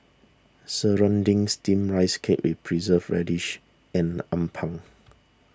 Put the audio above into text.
Serunding Steamed Rice Cake with Preserved Radish and Appam